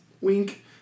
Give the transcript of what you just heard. Wink